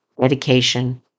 dedication